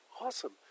Awesome